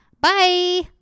Bye